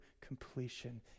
completion